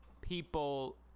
people